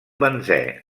benzè